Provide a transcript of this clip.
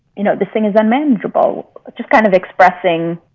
you know, this thing is a manageable just kind of expressing.